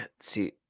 see